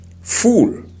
Fool